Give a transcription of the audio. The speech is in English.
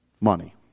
money